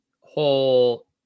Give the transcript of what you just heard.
whole